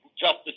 justice